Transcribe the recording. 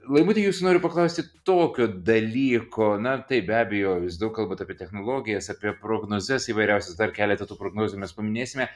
laimuti jūs noriu paklausyti tokio dalyko na tai be abejo jūs daug kalbat apie technologijas apie prognozes įvairiausias dar keletą tų prognozių mes paminėsime